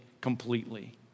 completely